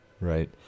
right